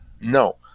No